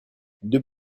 deux